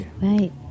right